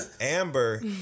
Amber